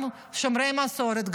גם שומרי מסורת,